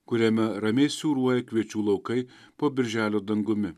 kuriame ramiai siūruoja kviečių laukai po birželio dangumi